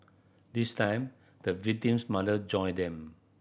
this time the victim's mother joined them